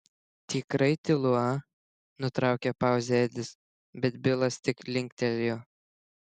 tikrai tylu a nutraukė pauzę edis bet bilas tik linktelėjo